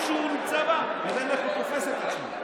שהוא נמצא בה לבין איך שהוא תופס את עצמו.